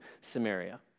Samaria